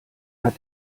hat